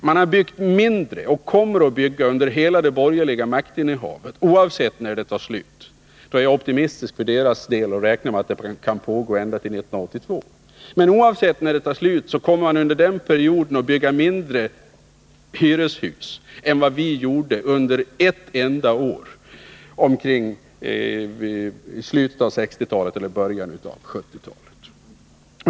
Man har byggt mindre och kommer under hela det borgerliga maktinnehavet att bygga mindre — oavsett när detta tar slut. Jag är optimistisk för deras del och räknar med att det kan pågå ända till 1982. Men oavsett när det tar slut, kommer man under denna period att bygga ett mindre antal hyreshus än vad vi gjorde under ett enda år i slutet av 1960-talet eller i början av 1970-talet.